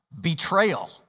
betrayal